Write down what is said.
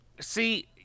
see